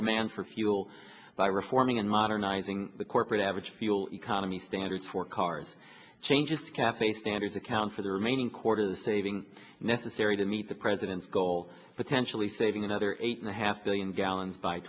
demand for fuel by reforming and modernizing the corporate average fuel economy standards for cars changes cafe standards account for the remaining quarter the saving necessary to meet the president's goal potentially saving another eight and a half billion gallons by